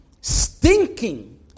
stinking